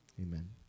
Amen